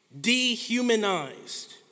dehumanized